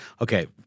Okay